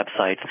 websites